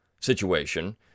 situation